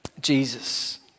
Jesus